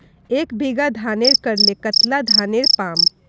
एक बीघा धानेर करले कतला धानेर पाम?